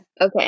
Okay